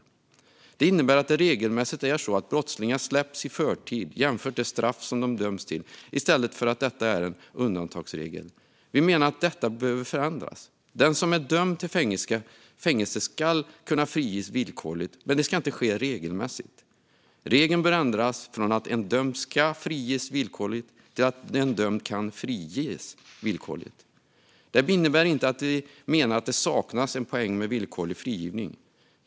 Detta innebär att brottslingar regelmässigt släpps i förtid jämfört med det straff som de dömts till, i stället för att det är en undantagsregel. Vi menar att detta behöver förändras. Den som är dömd till fängelse ska kunna friges villkorligt, men det ska inte ske regelmässigt. Regeln bör ändras från att en dömd ska friges villkorligt till att en dömd kan friges villkorligt. Detta innebär inte att vi menar att det saknas en poäng med villkorlig frigivning.